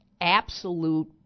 absolute